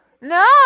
No